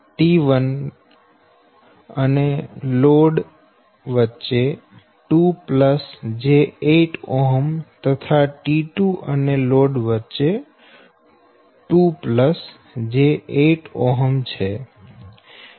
T1 અને load વચ્ચે 2 j8 તથા T2 અને લોડ વચ્ચે 2 j8 છે